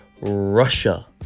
Russia